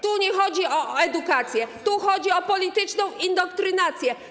Tu nie chodzi o edukację, tu chodzi o polityczną indoktrynację.